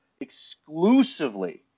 exclusively